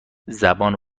زبان